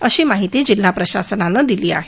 अशी माहिती जिल्हा प्रशासनाने दिली आहे